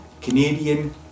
Canadian